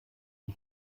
die